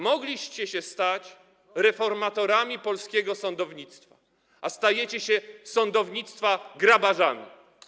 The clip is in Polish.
Mogliście się stać reformatorami polskiego sądownictwa, a stajecie się sądownictwa grabarzami.